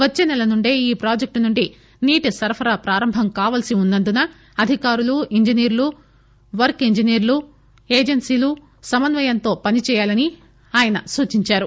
వచ్చె నెల నుండే ఈ ప్రాజెక్టు నుంచి నీటి సరఫరా ప్రారంభం కావల్పి వున్నందున అధికారులు ఇంజనీర్లు వర్క్ ఏజెన్సీలు సమస్వయంతో పనిచెయ్యాలని ఆయన సూచించారు